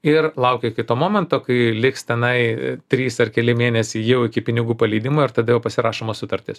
ir laukia kito momento kai liks tenai trys ar keli mėnesiai jau iki pinigų paleidimo ir tada jau pasirašoma sutartis